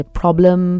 problem